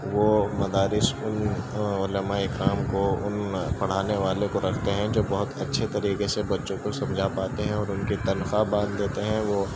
وہ مدارس ان علمائے کرام کو ان پڑھانے والے کو رکھتے ہیں جو بہت اچھے طریقے سے بچوں کو سمجھا پاتے ہیں ان کی تنخواہ باندھ دیتے ہیں وہ